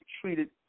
treated